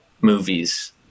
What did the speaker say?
movies